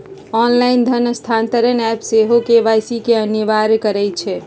online धन स्थानान्तरण app सेहो के.वाई.सी के अनिवार्ज करइ छै